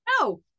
No